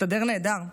הסתדר נהדר,